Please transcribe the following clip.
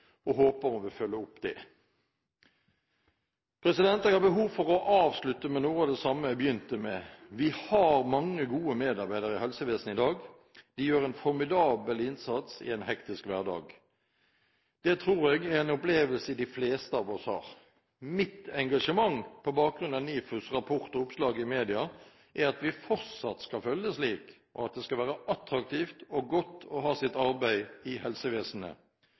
og håper hun vil følge opp det. Jeg har behov for å avslutte med noe av det samme jeg begynte med: Vi har mange gode medarbeidere i helsevesenet i dag. De gjør en formidabel innsats i en hektisk hverdag. Det tror jeg er en opplevelse de fleste av oss har. Mitt engasjement på bakgrunn av NIFUs rapport og oppslag i media er at vi fortsatt skal føle det slik, og at det skal være attraktivt og godt å ha sitt arbeid i helsevesenet.